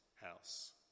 house